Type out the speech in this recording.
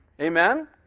Amen